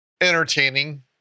entertaining